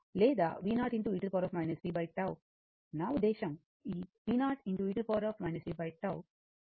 నా ఉద్దేశ్యం ఈ v0 e tτ అప్పుడు IR I R e tτ